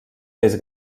més